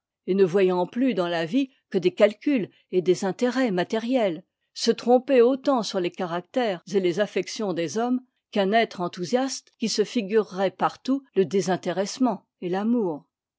et ne voyant plus dans la vie que des calculs et des intérêts matériels se tromper autant sur les caractères et les affections des hommes qu'un être enthousiaste qui se figurerait partout le désintéressement et l'amour